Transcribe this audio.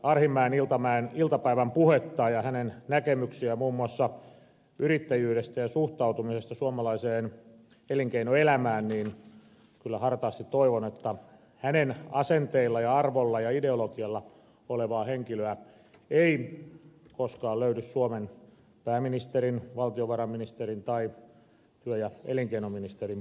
arhinmäen iltapäivän puhetta ja hänen näkemyksiään muun muassa yrittäjyydestä ja suhtautumisesta suomalaiseen elinkeinoelämään että kyllä hartaasti toivon että hänen asenteensa arvonsa ja ideologiansa omaavaa henkilöä ei koskaan löydy suomen pääministerin valtiovarainministerin tai työ ja elinkeinoministerin postilta